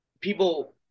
people